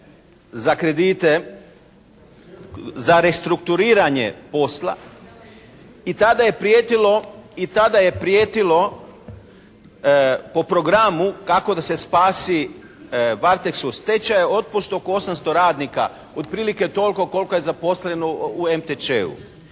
za kredite za restrukturiranje posla i tada je prijetilo, i tada je prijetilo po programu kako da se spasi "Varteks" u stečaju od oko 800 radnika, otprilike toliko koliko je zaposleno u MTČ-u.